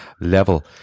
level